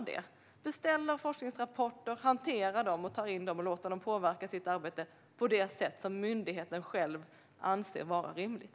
Man beställer forskningsrapporter, hanterar dem och låter dem påverka myndighetens arbete på det sätt som man själv anser vara rimligt.